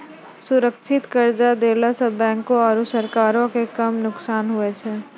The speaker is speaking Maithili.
सुरक्षित कर्जा देला सं बैंको आरू सरकारो के कम नुकसान हुवै छै